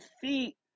feet